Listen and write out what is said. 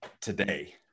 today